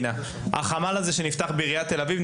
החמ״ל שנתפח בעיריית תל אביב,